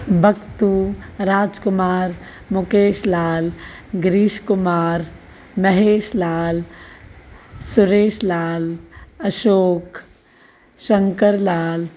Batu Raj Kumar Mukesh Lal Girish Kumar Mahesh Lal Suresh Lal Ashok Shankar Lal